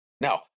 Now